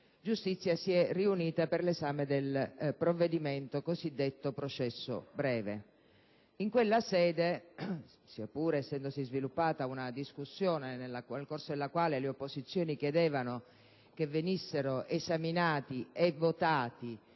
giustizia si è riunita per l'esame del provvedimento sul cosiddetto processo breve. In quella sede, pur essendosi sviluppata una discussione nel corso della quale le opposizioni chiedevano che venissero esaminati e votati